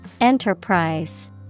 Enterprise